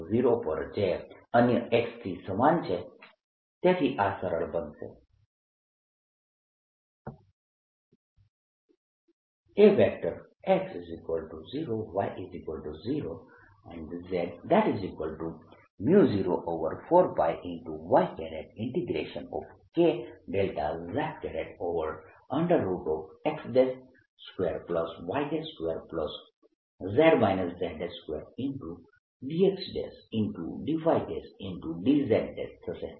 તેથી હું x0 પર જે અન્ય x થી સમાન છે જેથી આ સરળ બનશે Ax0y0z04πyKδzx2y2z z2dxdydz થશે